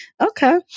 Okay